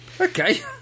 Okay